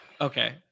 okay